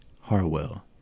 Harwell